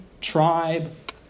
tribe